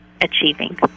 achieving